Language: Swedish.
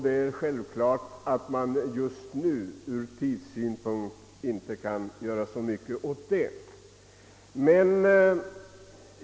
Det är självklart att man ur tidssynpunkt nu inte kan göra så mycket åt saken.